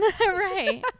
Right